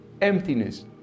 emptiness